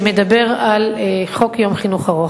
שמדבר על חוק יום חינוך ארוך,